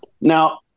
Now